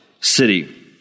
city